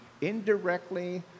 indirectly